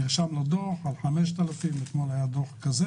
נרשם לו דוח על 5,000 שקל אתמול היה דוח כזה